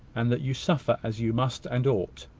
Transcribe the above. and that you suffer as you must and ought.